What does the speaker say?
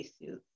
issues